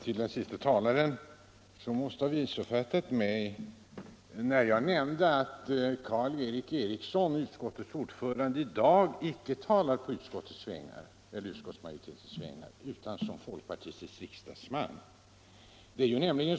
Herr talman! Först några ord till Karl Erik Eriksson, utskottets ordförande, som måste ha missuppfattat mig när jag nämnde att han i dag icke talar på utskottsmajoritetens vägnar utan som folkpartistisk riksdagsman.